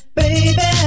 baby